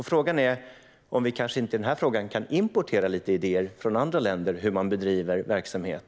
Frågan är om vi inte kan importera lite idéer från andra länder om hur man bedriver verksamhet.